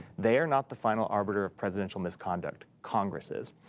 they are not the final arbiter of presidential misconduct. congress is.